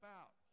out